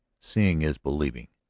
seeing is believing.